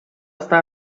estar